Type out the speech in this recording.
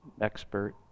expert